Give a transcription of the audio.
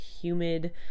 humid